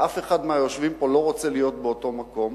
ואף אחד מהיושבים פה לא רוצה להיות באותו מקום,